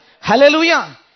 Hallelujah